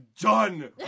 done